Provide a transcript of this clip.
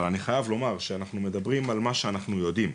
אבל אני חייב לומר שאנחנו מדברים על מה שאנחנו יודעים,